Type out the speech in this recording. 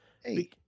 Hey